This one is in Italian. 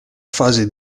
fase